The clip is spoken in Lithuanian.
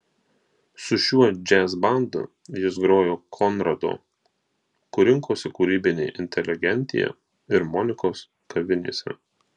su šiuo džiazbandu jis grojo konrado kur rinkosi kūrybinė inteligentija ir monikos kavinėse